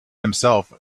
himself